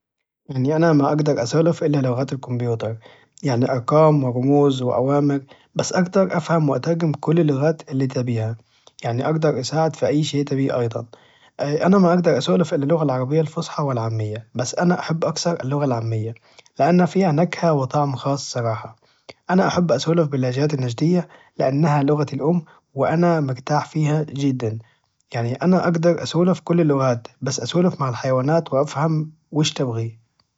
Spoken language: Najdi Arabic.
يعني أنا ما أجدر اسولف الا لغات الكمبيوتر يعني أرقام ورموز واوامر بس أجدر أفهم واترجم كل اللغات اللي تبيها يعني أجدر أساعد في اي شي تبيه أيضا ااا انا ما أجدر أسولف إلا اللغة العربية الفصحة والعامية بس أنا أحب أكثر اللغة العامية لأن فيها نكهة وطعم خاص الصراحة أنا أحب أسولف باللهجات النجدية لأنها لغتي الام وأنا مرتاح فيها جدا يعني أنا أحب اسولف كل اللغات بس أسولف مع الحيوانات وافهم ايش تبغي